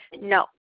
no